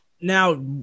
Now